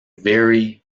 very